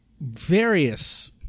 various